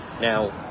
now